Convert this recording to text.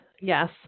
Yes